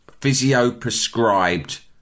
physio-prescribed